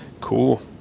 cool